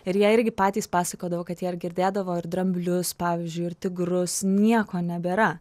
ir jie irgi patys pasakodavo kad jie girdėdavo ir dramblius pavyzdžiui ir tigrus nieko nebėra